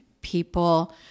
People